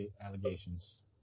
allegations